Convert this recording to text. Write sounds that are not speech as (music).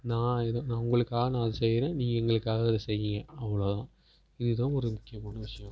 நான் இது நான் உங்களுக்காக நான் இது செய்கிறேன் நீ எங்களுக்காக இதை செய்யுங்க அவ்வளோதான் இதுதான் ஒரு முக்கியமான விஷயம் (unintelligible)